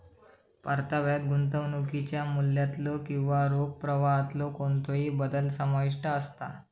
परताव्यात गुंतवणुकीच्या मूल्यातलो किंवा रोख प्रवाहातलो कोणतोही बदल समाविष्ट असता